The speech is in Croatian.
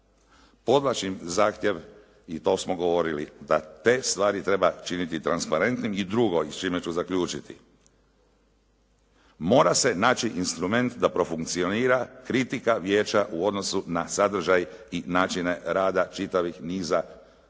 Podvlačim zahtjev i to smo govorili, da te stvari treba činiti transparentnim i drugo i s čime ću zaključiti, mora se naći instrument da profunkcionira kritika vijeća u odnosu na sadržaj i načine rada čitavih niza elemenata